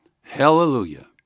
hallelujah